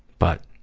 but